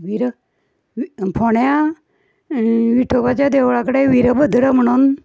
वीर फोंड्या विठोबाच्या देवळा कडेन वीरभद्र म्हणोन